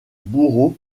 bourreau